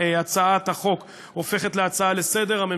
הצעת החוק הופכת להצעה לסדר-היום.